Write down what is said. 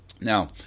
Now